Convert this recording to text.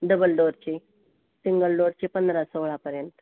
double डोअरची single डोअरची पंधरा सोळापर्यंत